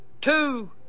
Two